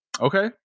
okay